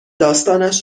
داستانش